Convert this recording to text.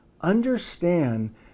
understand